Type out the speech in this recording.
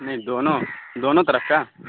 نہیں دونوں دونوں طرف کا